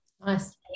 Nice